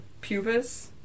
pubis